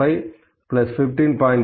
0315